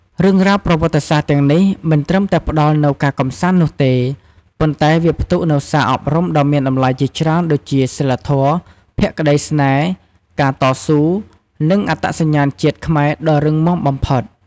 រឿងរ៉ាវប្រវត្តិសាស្ត្រទាំងនេះ មិនត្រឹមតែផ្តល់នូវការកម្សាន្តនោះទេ ប៉ុន្តែវាផ្ទុកនូវសារអប់រំដ៏មានតម្លៃជាច្រើនដូចជាសីលធម៌ ភក្តីស្នេហ៍ ការតស៊ូ និងអត្តសញ្ញាណជាតិខ្មែរដ៏រឹងមាំបំផុត។